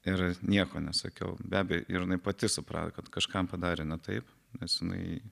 ir nieko nesakiau be abejo ir jinai pati suprato kad kažkam padarė ne taip nes jinai